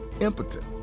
impotent